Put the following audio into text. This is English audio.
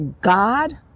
God